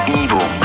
evil